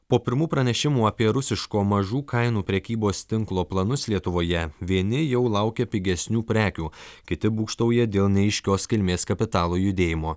po pirmų pranešimų apie rusiško mažų kainų prekybos tinklo planus lietuvoje vieni jau laukia pigesnių prekių kiti būgštauja dėl neaiškios kilmės kapitalo judėjimo